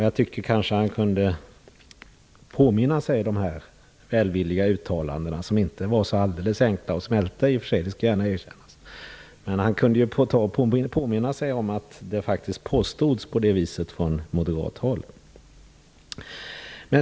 Jag tycker nog att han kunde påminna sig dessa välvilliga uttalanden. De var i och för sig inte så lätta att smälta, det skall gärna erkännas. Han kunde påminna sig att det faktiskt påstods på det viset från moderat håll.